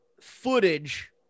footage